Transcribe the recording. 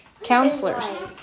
counselors